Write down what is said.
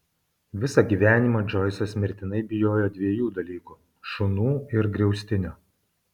visą gyvenimą džoisas mirtinai bijojo dviejų dalykų šunų ir griaustinio